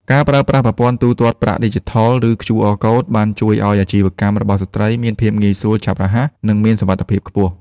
ការប្រើប្រាស់ប្រព័ន្ធទូទាត់ប្រាក់ឌីជីថល ឬ QR Code បានជួយឱ្យអាជីវកម្មរបស់ស្ត្រីមានភាពងាយស្រួល ឆាប់រហ័ស និងមានសុវត្ថិភាពខ្ពស់។